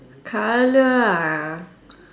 colour ah